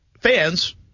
fans